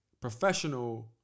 professional